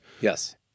Yes